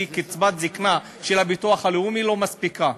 כי קצבת הזיקנה של הביטוח הלאומי לא מספיקה.